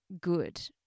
good